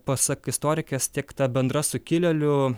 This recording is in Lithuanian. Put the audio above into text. pasak istorikės tiek ta bendra sukilėlių